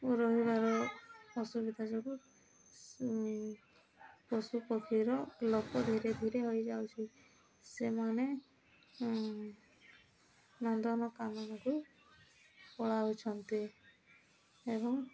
ରହିବାର ଅସୁବିଧା ଯୋଗୁ ସେ ପଶୁ ପକ୍ଷୀର ଲୋପ ଧୀରେ ଧୀରେ ହୋଇଯାଉଛି ସେମାନେ ନନ୍ଦନକାନନ କୁ ପଳାଉଛନ୍ତି ଏବଂ